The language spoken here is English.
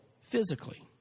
physically